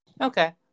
Okay